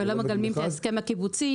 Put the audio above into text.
ולא מגלמים את ההסכם הקיבוצי,